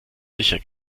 sicher